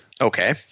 Okay